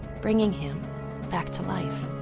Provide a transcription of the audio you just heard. bringing him back to life.